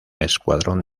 escuadrón